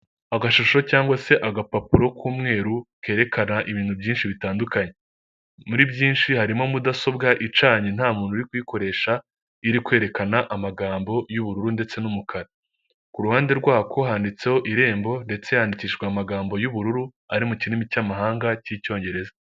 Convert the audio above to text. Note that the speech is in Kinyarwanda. Inote y'ibihumbi makumyabiri y'amafaranga ya Kongo ikaba, igizwe n'ibirango biriho gasumbashyamba hakaba hanariho n'umugore w'ikibumbano ushushanyijemo.